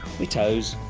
me toes.